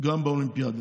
גם באולימפיאדה.